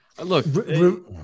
Look